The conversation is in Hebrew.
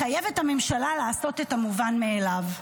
לחייב את הממשלה לעשות את המובן מאליו,